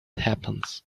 happens